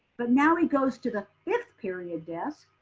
but now he goes to the fifth period desk